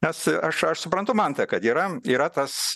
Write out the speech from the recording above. nes aš aš suprantu mantą kad yra yra tas